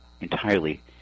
entirely